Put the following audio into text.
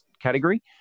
category